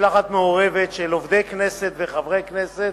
משלחת מעורבת של עובדי הכנסת וחברי הכנסת,